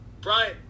Brian